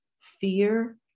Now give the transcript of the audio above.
Fear